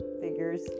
figures